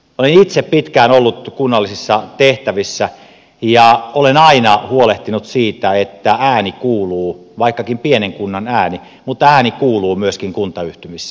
olen itse pitkään ollut kunnallisissa tehtävissä ja olen aina huolehtinut siitä että ääni kuuluu vaikkakin pienen kunnan ääni myöskin kuntayhtymissä